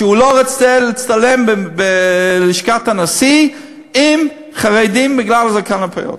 שהוא לא רוצה להצטלם בלשכת הנשיא עם חרדים בגלל הזקן והפאות.